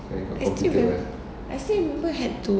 I still remem~ I still remember had to